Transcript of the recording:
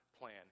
plan